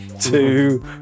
two